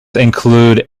include